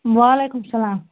وعلیکُم سلام